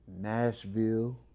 Nashville